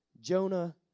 Jonah